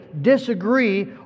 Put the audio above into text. disagree